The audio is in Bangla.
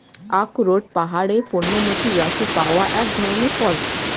আখরোট পাহাড়ের পর্ণমোচী গাছে পাওয়া এক ধরনের ফল